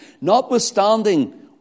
Notwithstanding